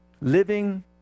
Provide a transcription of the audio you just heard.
Living